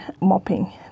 mopping